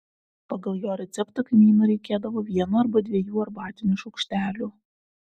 pagal jo receptą kmynų reikėdavo vieno arba dviejų arbatinių šaukštelių